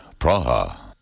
Praha. (��